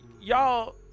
y'all